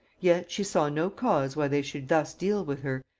yet she saw no cause why they should thus deal with her,